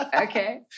Okay